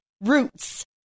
roots